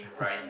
Right